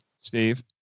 Steve